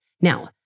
Now